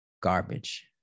garbage